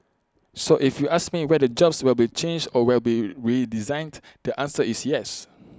so if you ask me whether jobs will be changed or will be redesigned the answer is yes